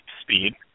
speed